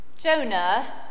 Jonah